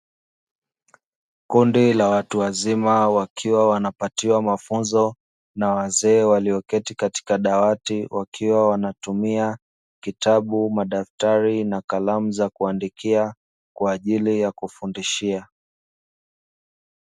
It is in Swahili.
Kundi la watu wazima wakiwa wanapatiwa mafunzo na wazee walioketi katika dawati wakiwa wanatumia kitabu, madaftari na kalamu za kuandikia kwa ajili ya kufundishia.